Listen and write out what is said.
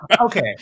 okay